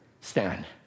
stand